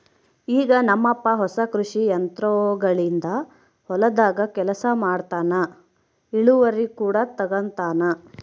ಈಗ ನಮ್ಮಪ್ಪ ಹೊಸ ಕೃಷಿ ಯಂತ್ರೋಗಳಿಂದ ಹೊಲದಾಗ ಕೆಲಸ ಮಾಡ್ತನಾ, ಇಳಿವರಿ ಕೂಡ ತಂಗತಾನ